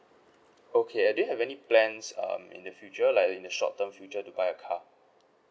okay uh do you have any plans um in the future like in the short term future to buy a car